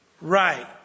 Right